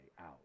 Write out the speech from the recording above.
out